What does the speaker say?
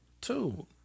Two